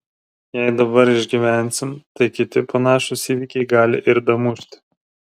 jei dabar išgyvensim tai kiti panašūs įvykiai gali ir damušti